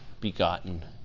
begotten